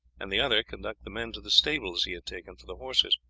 and the other conduct the men to the stables he had taken for the horses.